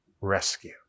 rescue